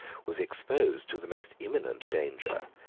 was exposed to the most imminent danger,